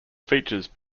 features